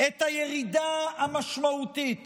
את הירידה המשמעותית